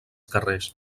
carrers